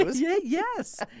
yes